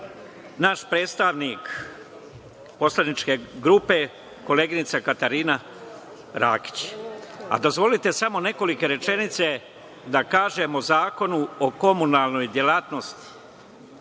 naš predstavnik poslaničke grupe, koleginica Katarina Rakić. Dozvolite samo nekoliko rečenica da kažem o Zakonu o komunalnoj delatnosti.